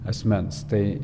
asmens tai